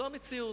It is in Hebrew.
זאת המציאות.